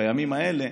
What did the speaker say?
בימים האלה,